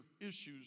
issues